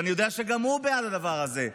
ואני יודע שגם הוא בעד הדבר הזה.